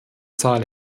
zahl